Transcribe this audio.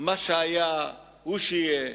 מה שהיה הוא שיהיה.